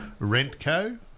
Rentco